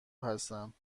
هستم